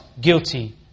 guilty